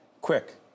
Quick